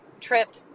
trip